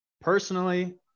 Personally